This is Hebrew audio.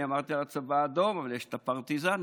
אני אמרתי על הצבא האדום, אבל יש פרטיזנים,